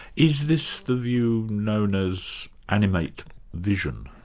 is this the view known as animate vision?